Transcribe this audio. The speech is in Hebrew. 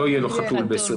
לא יהיה לו חתול ב-2021.